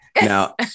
Now